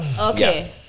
Okay